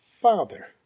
Father